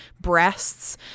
breasts